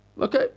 Okay